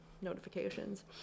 notifications